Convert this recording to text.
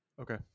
Okay